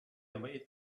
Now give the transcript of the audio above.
wait